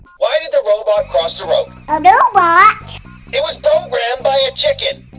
why did the robot you know robot it was programmed by a chicken!